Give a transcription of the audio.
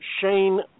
Shane